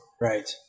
Right